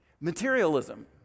Materialism